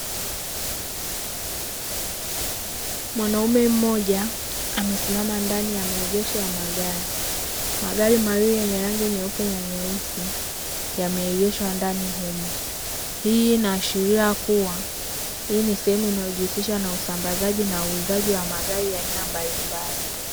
Mwanaume mmoja amesimama ndani ya maegesho ya magari , Magari mailing yenye rangi nyeupe na nyeusi yameegeshwa ndani humo, hii inaashiria kuwa hii ni sehemu inayojihusisha na usambazaji na uuzaji wa magari mbalimbali.